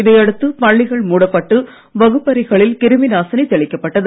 இதையடுத்து பள்ளிகள் வகுப்பறைகளில் கிருமி நாசினி தெளிக்கப்பட்டது